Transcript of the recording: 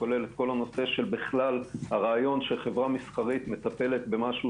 כולל את כל הנושא שהרעיון של חברה מסחרית מטפלת במשהו